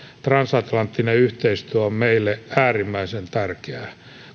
transatlanttinen yhteistyö on meille äärimmäisen tärkeää